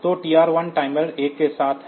तो TR1 timer 1 के साथ है